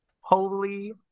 Holy